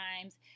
times